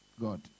God